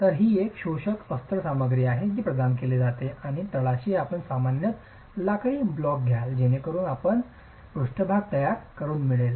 तर ही एक शोषक अस्तर सामग्री आहे जी प्रदान केली जाते आणि तळाशी आपण सामान्यत लाकडी ब्लॉक द्याल जेणेकरून आपणास तयार पृष्ठभाग मिळेल